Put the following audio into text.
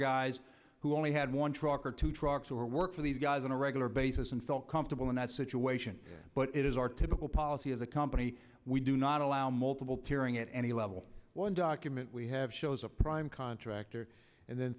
guys who only had one truck or two trucks or work for these guys on a regular basis and felt comfortable in that situation but it is our typical policy as a company we do not allow multiple tearing at any level one document we have shows a prime contractor and then